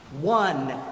One